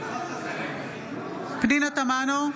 בהצבעה פנינה תמנו,